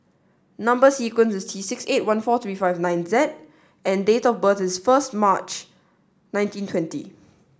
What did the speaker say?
number sequence is T six eight one four three five nine Z and date of birth is first March nineteen twenty